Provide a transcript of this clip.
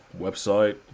website